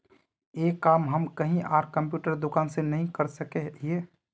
ये काम हम कहीं आर कंप्यूटर दुकान में नहीं कर सके हीये?